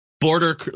border